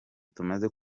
tumaze